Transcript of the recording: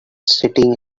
sitting